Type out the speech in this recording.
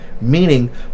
meaning